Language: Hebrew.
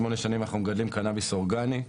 שמונה שנים אנחנו מגדלים קנאביס אורגני.